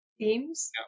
themes